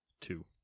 Two